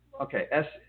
okay